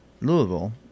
Louisville